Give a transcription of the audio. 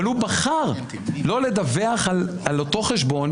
אבל, הוא בחר לא לדווח על אותו חשבון,